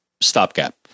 stopgap